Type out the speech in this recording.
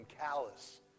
callous